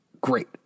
great